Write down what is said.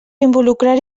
involucrar